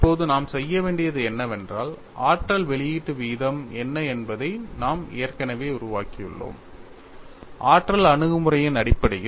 இப்போது நாம் செய்ய வேண்டியது என்னவென்றால் ஆற்றல் வெளியீட்டு வீதம் என்ன என்பதை நாம் ஏற்கனவே உருவாக்கியுள்ளோம் ஆற்றல் அணுகு முறையின் அடிப்படையில்